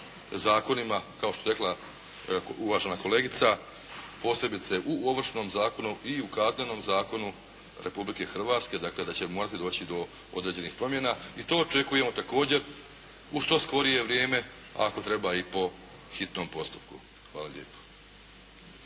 zakonima kao što je rekla uvažena kolegica, posebice u Ovršnom zakonu i u Kaznenom zakonu Republike Hrvatske da će morati doći do određenih promjena i to očekujemo također u što skorije vrijeme, a ako treba i po hitnom postupku. Hvala lijepo.